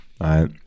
right